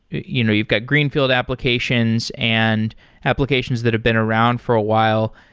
you know you've got greenfield applications and applications that have been around for a while.